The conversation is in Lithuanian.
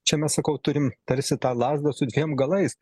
čia mes sakau turim tarsi ta lazda su dviem galais